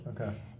Okay